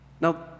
Now